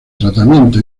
tratamiento